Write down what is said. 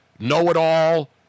know-it-all